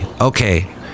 Okay